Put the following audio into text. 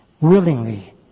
willingly